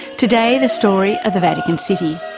today, the story of the vatican city.